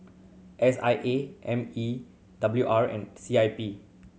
S I A M E W R and C I P